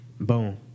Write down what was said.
Boom